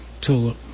tulip